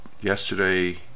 yesterday